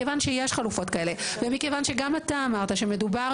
מכיוון שיש חלופות כאלה ומכיוון שגם אתה אמרת שמדובר